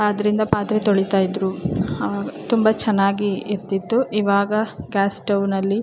ಆದ್ದರಿಂದ ಪಾತ್ರೆ ತೊಳಿತಾಯಿದ್ದರು ಹಾಂ ತುಂಬ ಚೆನ್ನಾಗಿ ಇರ್ತಿತ್ತು ಇವಾಗ ಗ್ಯಾಸ್ ಸ್ಟೌವ್ನಲ್ಲಿ